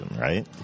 right